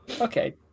okay